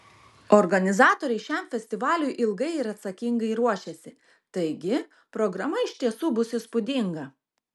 organizatoriai šiam festivaliui ilgai ir atsakingai ruošėsi taigi programa iš tiesų bus įspūdinga